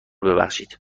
ببخشید